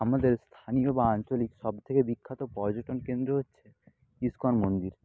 আমাদের স্থানীয় বা আঞ্চলিক সব থেকে বিখ্যাত পর্যটন কেন্দ্র হচ্ছে ইসকন মন্দির